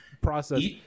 process